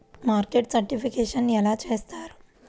Market certification ఎలా చేస్తారు?